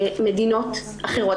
במדינות אחרות.